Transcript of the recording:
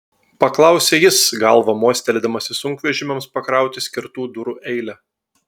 paklausė jis galva mostelėdamas į sunkvežimiams pakrauti skirtų durų eilę